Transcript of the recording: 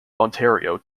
ontario